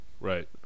Right